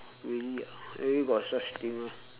really ah really got such thing meh